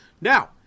Now